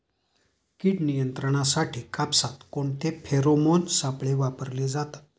कीड नियंत्रणासाठी कापसात कोणते फेरोमोन सापळे वापरले जातात?